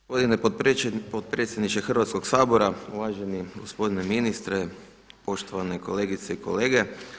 Gospodine potpredsjedniče Hrvatskog sabora, uvaženi gospodine ministre, poštovane kolegice i kolege.